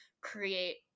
create